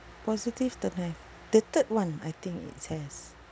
positive don't have the third [one] I think it has